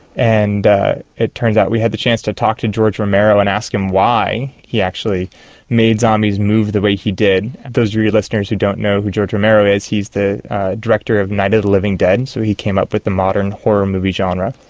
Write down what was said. and it turns out we had the chance to talk to george romero and ask him why he actually made zombies move the way he did. those of your listeners who don't know who george romero is he is the director of night of the living dead, so he came up with the modern horror movie genre.